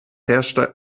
herrschte